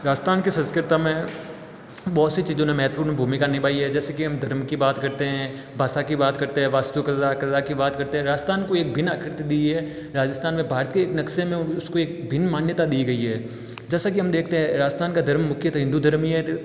राजस्थान के सांस्कृति में बहुत सी चीजों ने महत्वपूर्ण भूमिका निभाई है जैसे कि हम धर्म की बात करते हैं भाषा की बात करते हैं वास्तुकला कला की बात करते हैं राजस्थान को एक भिन्न आकृति दी है राजस्थान में भारतीय के नक्शे में उसको एक भिन्न मान्यता दी गई है जैसा कि हम देखते हैं राजस्थान का धर्म मुख्यतः हिंदू धर्म ही है